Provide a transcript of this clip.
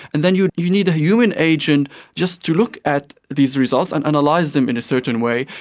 and then you you need a human agent just to look at these results and analyse them in a certain way,